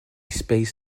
space